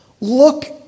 Look